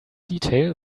detail